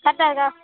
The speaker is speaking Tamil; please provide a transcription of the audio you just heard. கரெட்டாக இருக்கா